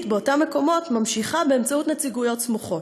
באותם מקומות ממשיכה באמצעות נציגויות סמוכות,